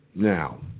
Now